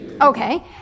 okay